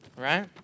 right